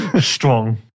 strong